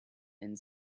and